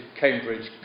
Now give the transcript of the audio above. Cambridge